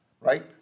right